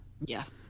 Yes